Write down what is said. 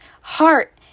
heart